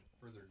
Further